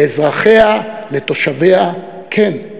לאזרחיה, לתושביה, וכן,